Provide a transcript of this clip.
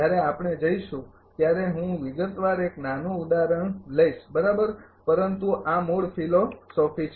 જ્યારે આપણે જઈશું ત્યારે હું વિગતવાર એક નાનું ઉદાહરણ લઈશ બરાબર પરંતુ આ મૂળ ફિલોસોફી છે